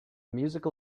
musical